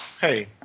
Hey